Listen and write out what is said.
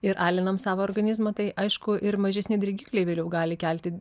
ir alinam savo organizmą tai aišku ir mažesni dirgikliai vėliau gali kelti